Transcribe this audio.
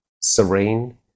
serene